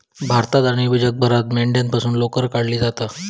भारतात आणि जगभरात मेंढ्यांपासून लोकर काढली जाता